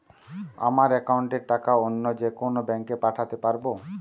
আমার একাউন্টের টাকা অন্য যেকোনো ব্যাঙ্কে পাঠাতে পারব?